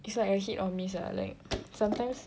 it's like a hit or miss lah like sometimes